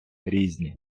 різні